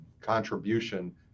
contribution